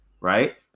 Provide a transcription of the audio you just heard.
right